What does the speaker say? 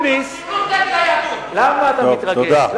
למה אתה מתרגז?